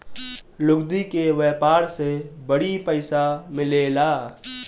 लुगदी के व्यापार से बड़ी पइसा मिलेला